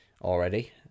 already